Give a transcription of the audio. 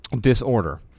disorder